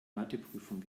matheprüfung